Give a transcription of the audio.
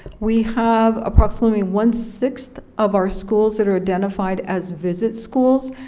we have approximately one-sixth of our schools that are identified as visit schools.